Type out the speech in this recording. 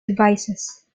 devices